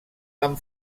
amb